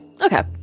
Okay